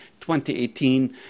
2018